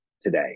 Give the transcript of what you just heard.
today